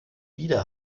wieder